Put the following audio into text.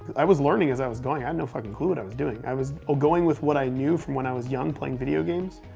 i was learning as i was going. i had no fucking clue what i was doing. i was going with what i knew from when i was young playing video games.